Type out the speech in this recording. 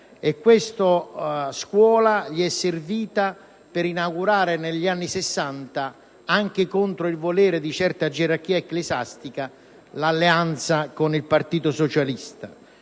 Questa scuola gli è servita per inaugurare negli anni Sessanta, anche contro il volere di certa gerarchia ecclesiastica, l'alleanza con il Partito socialista;